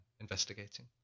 investigating